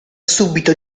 subito